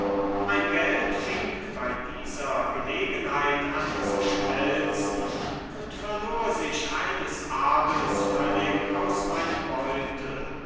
mein geld fing bei dieser gelegenheit an zu schmelzen und verlor sich eines abends völlig aus meinem beutel